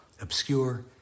obscure